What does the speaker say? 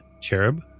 cherub